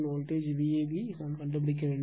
VOB கண்டுபிடிக்க வேண்டும்